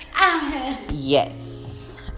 Yes